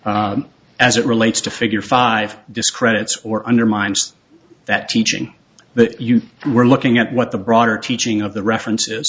r as it relates to figure five discredits or undermines that teaching that you were looking at what the broader teaching of the references